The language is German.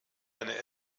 eine